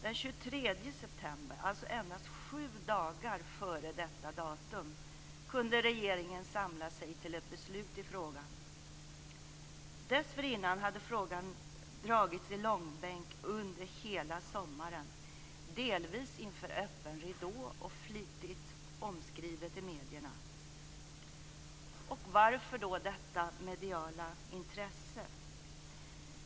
Den 23 september, alltså endast sju dagar före detta datum, kunde regeringen samla sig till ett beslut i frågan. Dessförinnan hade frågan dragits i långbänk under hela sommaren, delvis inför öppen ridå och flitigt omskrivet i medierna. Varför var då detta så medialt intressant?